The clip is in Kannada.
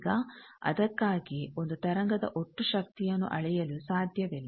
ಈಗ ಅದಕ್ಕಾಗಿಯೇ ಒಂದು ತರಂಗದ ಒಟ್ಟು ಶಕ್ತಿಯನ್ನು ಅಳೆಯಲು ಸಾಧ್ಯವಿಲ್ಲ